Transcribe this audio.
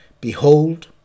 Behold